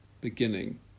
beginning